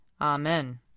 Amen